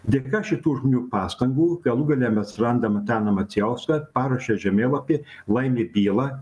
dėka šitų žmonių pastangų galų gale mes randam antaną macijauską paruošia žemėlapį laimi bylą